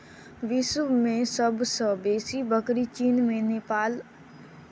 विश्व मे सब सॅ बेसी बकरी चीन मे पोसल जाइत छै